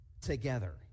together